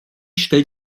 stellt